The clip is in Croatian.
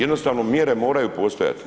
Jednostavno mjere moraju postojati.